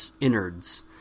innards